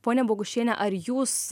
pone bogušiene ar jūs